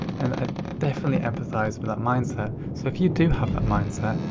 and i definitely empathise with that mindset so if you do have that mindset,